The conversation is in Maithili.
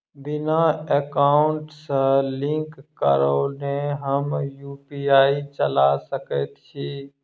बिना एकाउंट सँ लिंक करौने हम यु.पी.आई चला सकैत छी?